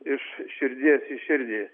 iš širdies į širdį